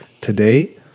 today